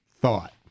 thought